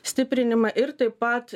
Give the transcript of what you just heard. stiprinimą ir taip pat